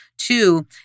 Two